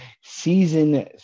season